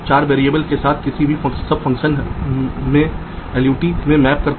तो यहां एक और उदाहरण है जहां आप इस तरफ से वीडीडी देख सकते हैं इस तरफ से ग्राउंड